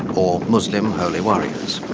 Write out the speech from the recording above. or muslim holy warriors.